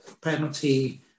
penalty